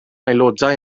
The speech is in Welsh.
aelodau